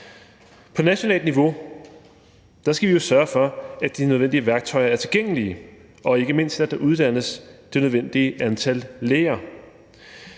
På nationalt niveau skal vi jo sørge for, at de nødvendige værktøjer er tilgængelige, og ikke mindst, at der uddannes det nødvendige antal læger.